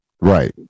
Right